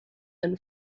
than